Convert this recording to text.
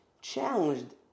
challenged